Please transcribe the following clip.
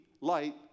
light